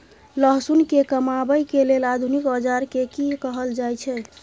लहसुन के कमाबै के लेल आधुनिक औजार के कि कहल जाय छै?